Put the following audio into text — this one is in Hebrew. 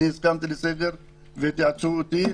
אני הסכמתי לסגר לשבוע ימים והתייעצו איתי,